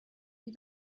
die